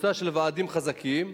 לקבוצה של ועדים חזקים,